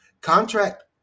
contract